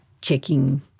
checking